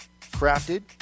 Crafted